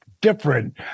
different